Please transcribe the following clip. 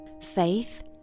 faith